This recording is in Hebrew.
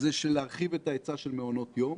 להרחיב את ההיצע של מעונות היום,